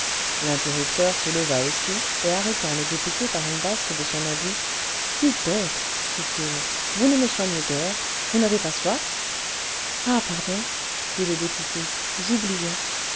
l'interrupteur se leva aussi et arrêtant le député par une basque de son habit dites donc fit-il vous ne me soignez guère vous n'avez pas soif ah pardon dit le député j'oubliais